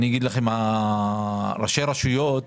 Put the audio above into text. לראשי הרשויות